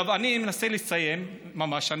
אני אנסה לסיים, ממש.